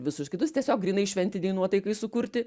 visus kitus tiesiog grynai šventinei nuotaikai sukurti